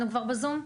מציין: